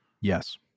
Yes